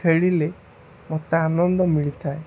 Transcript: ଖେଳିଲେ ମୋତେ ଆନନ୍ଦ ମିଳିଥାଏ